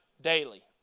daily